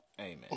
Amen